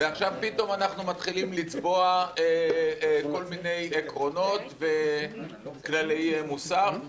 ועכשיו פתאום אנחנו מתחילים לצבוע כל מיני עקרונות וכללי מוסר.